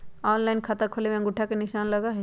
Online खाता खोले में अंगूठा के निशान लगहई?